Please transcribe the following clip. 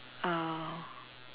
uh